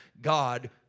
God